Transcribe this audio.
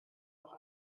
auch